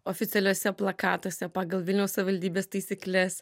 oficialiuose plakatuose pagal vilniaus savivaldybės taisykles